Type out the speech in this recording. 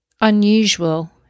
unusual